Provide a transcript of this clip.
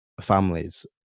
families